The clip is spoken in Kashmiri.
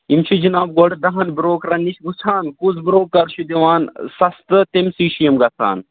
یِم چھِ جِناب گۄڈٕ دَہَن برٛوکرَن نِش وٕچھان گۄڈٕ کُس برٛوکَر چھُ دِوان سَستہٕ تٔمسٕے چھِ یِم گَژھان